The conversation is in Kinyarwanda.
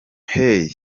hey